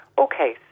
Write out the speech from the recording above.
Okay